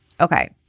Okay